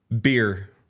Beer